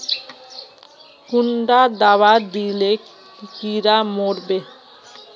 कुंडा दाबा दिले कीड़ा मोर बे?